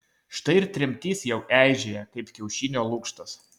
štai ir tremtis jau eižėja kaip kiaušinio lukštas